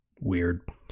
weird